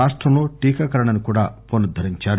రాష్టంలో టీకాకరణను కూడా పునరుద్దరించారు